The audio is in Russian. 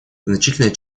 значительная